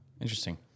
Interesting